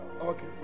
Okay